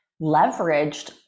leveraged